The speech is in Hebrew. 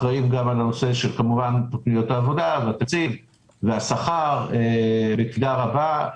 אחראים גם על תוכניות העבודה והתקציב והשכר בקפידה רבה.